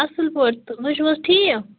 اَصٕل پٲٹھۍ تہٕ تُہۍ چھُو حظ ٹھیٖک